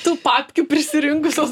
tų papkių prisirinkusios